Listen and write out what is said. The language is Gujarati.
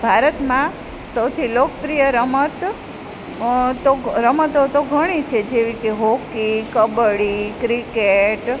ભારતમાં સૌથી લોકપ્રિય રમત તો રમતો તો ઘણી છે જેવી કે હોકી કબડ્ડી ક્રિકેટ